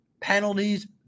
penalties